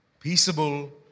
Peaceable